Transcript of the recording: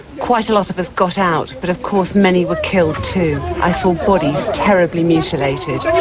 quite a lot of us got out but of course many were killed too. i saw bodies terribly mutilated.